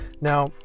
Now